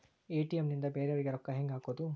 ATM ನಿಂದ ಬೇರೆಯವರಿಗೆ ರೊಕ್ಕ ಹೆಂಗ್ ಹಾಕೋದು?